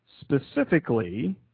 specifically